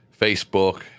Facebook